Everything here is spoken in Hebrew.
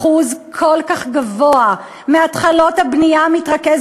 אחוז כל כך גבוה מהתחלות הבנייה מתרכז